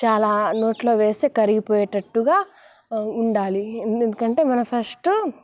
చాలా నోట్లో వేస్తే కరిగిపోయేటట్టుగా ఉండాలి ఎందుకంటే మనం ఫస్ట్